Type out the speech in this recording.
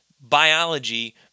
biology